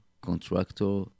contractor